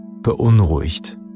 beunruhigt